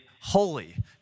holy